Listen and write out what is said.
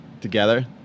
Together